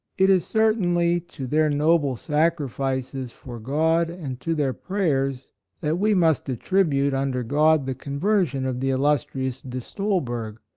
it is certainly to their noble sacrifices for god and to their prayers that we must attri bute, under god, the conversion of the illustrious de stolberg,